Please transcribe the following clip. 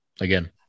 again